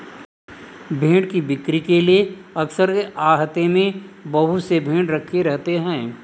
भेंड़ की बिक्री के लिए अक्सर एक आहते में बहुत से भेंड़ रखे रहते हैं